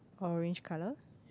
orange colour